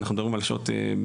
אנחנו מדברים על שעות מתיחות,